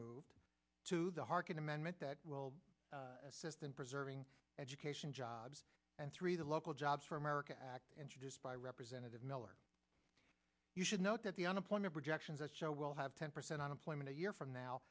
removed to the harkin amendment that will assist in preserving education jobs and three the local jobs for america act introduced by representative miller you should note that the unemployment projections that show will have ten percent unemployment a year from now